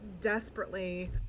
desperately